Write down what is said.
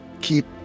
keep